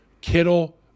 Kittle